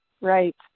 right